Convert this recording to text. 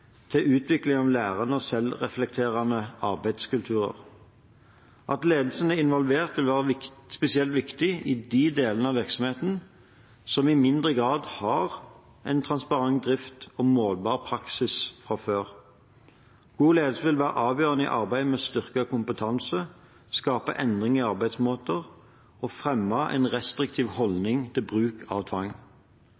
til utvikling av lærende og selvreflekterende arbeidskulturer. At ledelsen er involvert, vil være spesielt viktig i de delene av virksomheten som i mindre grad har en transparent drift og målbar praksis fra før. God ledelse vil være avgjørende i arbeidet med å styrke kompetanse, skape endring i arbeidsmåter og fremme en restriktiv